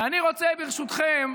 ואני רוצה, ברשותכם,